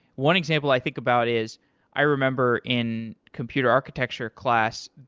one example i think about is i remember in computer architecture class,